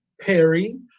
Perry